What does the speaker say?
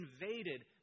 invaded